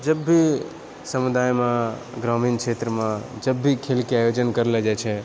जब भी समुदायमे ग्रामीण क्षेत्रमे जब भी खेलके आयोजन करलऽ जाइ छै